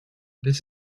this